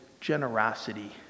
generosity